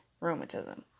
rheumatism